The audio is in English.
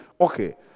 Okay